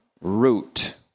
root